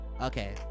okay